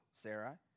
Sarah